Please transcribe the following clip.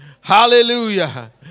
Hallelujah